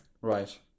right